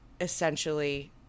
essentially